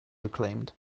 reclaimed